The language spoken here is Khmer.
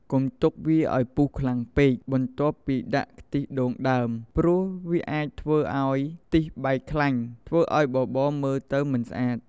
កុំទុកឱ្យវាពុះខ្លាំងពេកបន្ទាប់ពីដាក់ខ្ទិះដូងដើម ព្រោះវាអាចធ្វើឱ្យខ្ទិះបែកខ្លាញ់ ធ្វើឱ្យបបរមើលទៅមិនស្អាត។